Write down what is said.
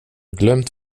glömt